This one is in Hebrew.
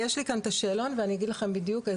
יש לי שאלון, ואגיד לכם בדיוק מה